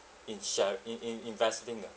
in share in in investing ah